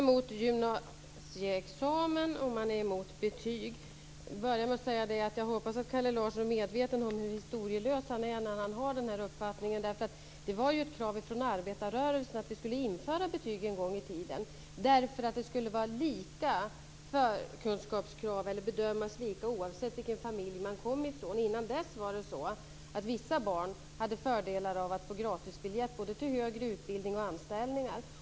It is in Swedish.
Fru talman! Vänsterpartiet är emot gymnasieexamen, och man är emot betyg. Jag hoppas att Kalle Larsson är medveten om hur historielös han är när han har den här uppfattningen. Det var ett krav från arbetarrörelsen att vi skulle införa betyg en gång i tiden, därför att förkunskaperna skulle bedömas lika oavsett vilken familj man kom ifrån. Innan dess hade vissa barn fördelar av att få gratisbiljett både till högre utbildning och anställningar.